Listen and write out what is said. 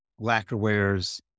lacquerwares